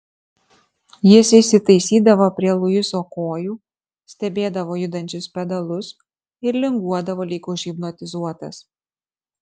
jis įsitaisydavo prie luiso kojų stebėdavo judančius pedalus ir linguodavo lyg užhipnotizuotas